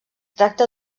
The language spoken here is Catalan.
tracta